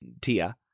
Tia